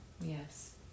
Yes